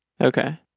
Okay